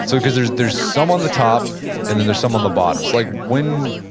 so because there's there's some on the top and then there's some on the bottom, it's like when,